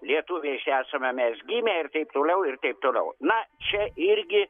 lietuviais esame mes gimę ir taip toliau ir taip toliau na čia irgi